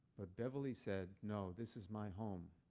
but beverly said, no, this is my home.